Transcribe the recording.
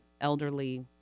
elderly